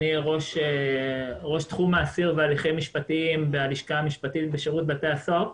אני ראש תחום האסיר והליכים משפטיים בלשכה המשפטית בשירות בתי הסוהר.